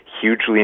hugely